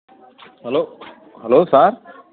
hello hello sir